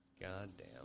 Goddamn